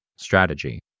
strategy